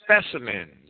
specimens